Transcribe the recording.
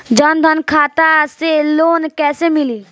जन धन खाता से लोन कैसे मिली?